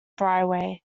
byway